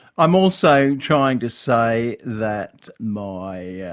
i'm also trying to say that my yeah